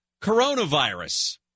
coronavirus